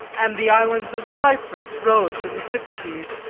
and the islands of cyprus, rhodes, and the cyclades,